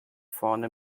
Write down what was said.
vorne